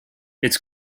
its